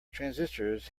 transistors